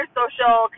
social